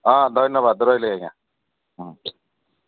ହଁ ଧନ୍ୟବାଦ ରହିଲି ଆଜ୍ଞା